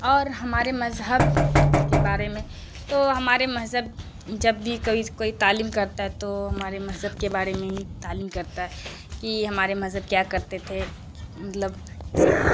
اور ہمارے مذہب کے بارے میں تو ہمارے مذہب جب بھی کوئی کوئی تعلیم کرتا ہے تو ہمارے مذہب کے بارے میں ہی تعلیم کرتا ہے کہ ہمارے مذہب کیا کرتے تھے مطلب اس